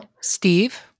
Steve